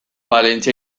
valentzia